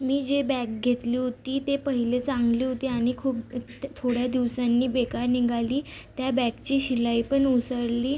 मी जी बॅग घेतली होती ती पहिली चांगली होती आणि खूप त्या थोड्या दिवसांनी बेकार निघाली त्या बॅगची शिलाई पण ओसरली